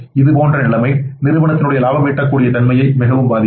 இதுபோன்ற நிலைமை நிறுவனத்தினுடைய லாபம் ஈட்டக்கூடிய தன்மையை மிகவும் பாதிக்கும்